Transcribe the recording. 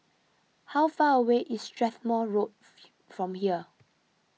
how far away is Strathmore Road from here